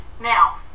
now